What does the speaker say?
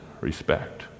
respect